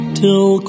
till